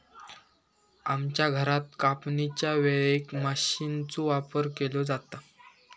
आमच्या घरात कापणीच्या वेळेक मशीनचो वापर केलो जाता